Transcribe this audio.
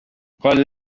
chorale